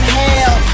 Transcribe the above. hell